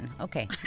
Okay